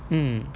mm